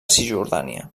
cisjordània